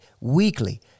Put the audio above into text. weekly